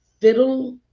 Fiddle